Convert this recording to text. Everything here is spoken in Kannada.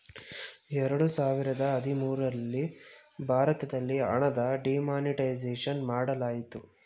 ಎರಡು ಸಾವಿರದ ಹದಿಮೂರಲ್ಲಿ ಭಾರತದಲ್ಲಿ ಹಣದ ಡಿಮಾನಿಟೈಸೇಷನ್ ಮಾಡಲಾಯಿತು